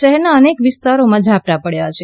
શહેરના અનેક વિસ્તારોમાં ઝાપટા પડયાં છે